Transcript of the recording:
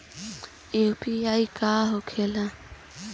UPI का होके ला?